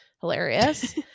hilarious